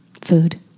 Food